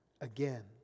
again